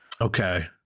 Okay